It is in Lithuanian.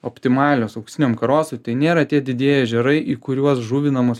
optimalios auksiniam karosui tai nėra tie didieji ežerai į kuriuos žuvinamos